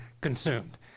consumed